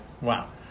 Wow